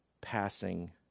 passing